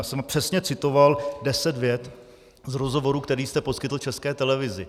Já jsem přesně citoval deset vět z rozhovoru, který jste poskytl České televizi.